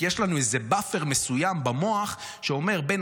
כי יש לנו איזה באפר מסוים במוח שאומר שבין